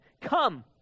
Come